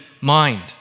mind